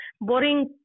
boring